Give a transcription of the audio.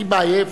טיבייב,